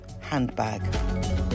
handbag